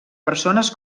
persones